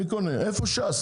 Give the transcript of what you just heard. איפה ש"ס?